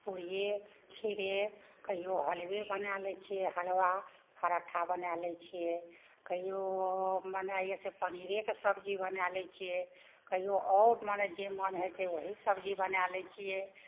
पुड़िये खीरे कहियो हलुवे बनाय लै छियै हलुआ पराठा बनाय लै छियै कहियो मने एतेक पनीरेके सब्जी बनाय लै छियै कहियो आओर मने जे मन होइ छै ओही सब्जी बनाय लै छियै